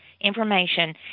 information